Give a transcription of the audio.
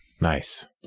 nice